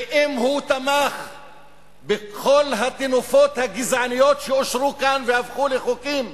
ואם הוא תמך בכל הטינופות הגזעניות שאושרו כאן והפכו לחוקים,